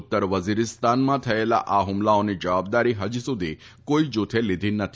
ઉત્તર વઝીરીસ્તાનમાં થયેલા આ હુમલાઓની જવાબદારી હજી સુધી કોઇ જૂથે લીધી નથી